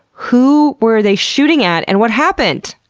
who were they shooting at and what happened?